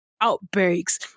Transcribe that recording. outbreaks